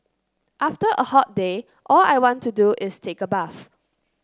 after a hot day all I want to do is take a bath